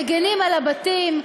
מגינים על הבתים,